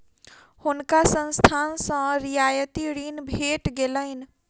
हुनका संस्थान सॅ रियायती ऋण भेट गेलैन